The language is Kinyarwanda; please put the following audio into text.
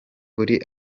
kuri